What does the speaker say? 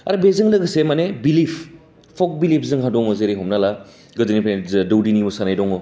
आरो बेजों लोगोसे माने बिलिभ फग बिलिभ जोंहा दं जेरै हमना ला गोदोनिफ्राइ दौदिनि मोसानाय दं